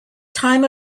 time